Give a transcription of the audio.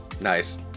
Nice